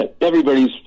everybody's